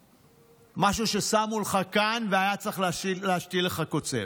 משהו ששמו לך כאן והיה צריך להשתיל לך קוצב.